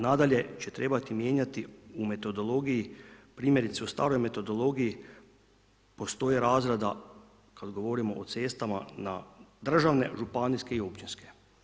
Nadalje će trebati mijenjati u metodologiji, primjerice u staroj metodologiji postoji razrada, kad govorimo o cestama na državne, županijske i općinske.